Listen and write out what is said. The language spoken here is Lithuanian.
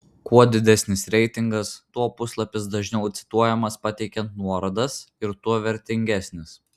kuo didesnis reitingas tuo puslapis dažniau cituojamas pateikiant nuorodas ir tuo vertingesnis